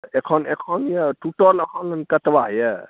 एखन एखन यऽ टूटल आम कतबा यऽ